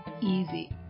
easy